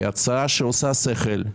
היא הצעה שעושה שכל.